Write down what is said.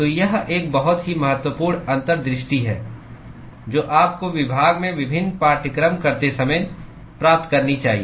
तो यह एक बहुत ही महत्वपूर्ण अंतर्दृष्टि है जो आपको विभाग में विभिन्न पाठ्यक्रम करते समय प्राप्त करनी चाहिए